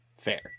Fair